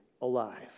alive